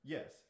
Yes